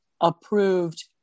approved